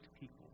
people